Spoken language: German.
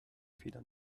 federn